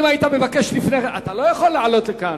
אם היית מבקש לפני כן, זה לא מה שנאמר לי.